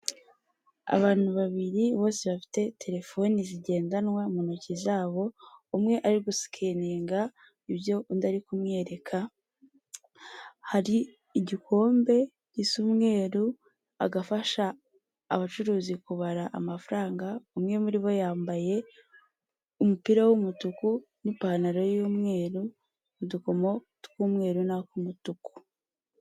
Ni mu nzu mu cyumba kigairi cyahariwe gukorerwamo inama hateraniyemo abantu batanu abagore n'abagabo, umwe muri bo ari imbere ari kubasobanurira yifashishije ikoranabuhanga.